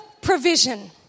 provision